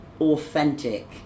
authentic